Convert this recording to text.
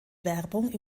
werbung